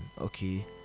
okay